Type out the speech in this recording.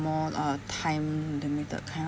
more uh time limited kind